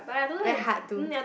very hard to